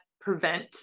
prevent